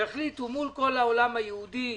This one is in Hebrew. שיחליטו מול כל העולם היהודי,